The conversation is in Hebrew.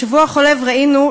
בשבוע החולף ראינו,